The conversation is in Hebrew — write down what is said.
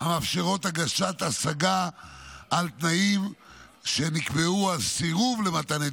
המאפשרות הגשת השגה על תנאים שנקבעו על סירוב למתן היתר,